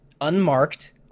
unmarked